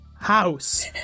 house